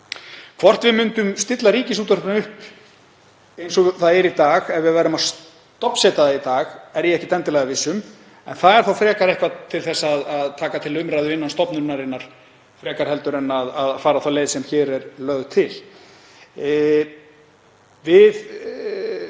Hvort við myndum stilla Ríkisútvarpinu upp eins og það er ef við værum að stofnsetja það í dag er ég ekkert endilega viss um, en það er þá eitthvað til að taka til umræðu innan stofnunarinnar frekar en að fara þá leið sem hér er lögð til. Við